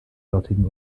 dortigen